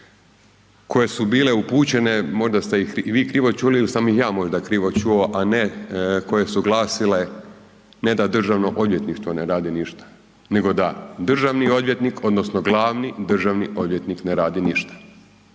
koje su bile upućene, možda ste ih vi krivo čuli ili sam ih ja možda krivo čuo, a ne koje su glasile ne da Državno odvjetništvo radi ništa nego da državni odvjetnik odnosno glavni državni odvjetnik ne radi ništa.